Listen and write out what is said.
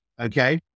okay